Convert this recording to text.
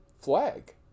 Flag